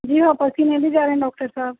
جی ہاں پسینے بھی جا رہے ہیں ڈاکٹر صاحب